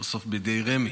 בסוף היא בידי רמ"י.